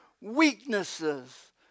weaknesses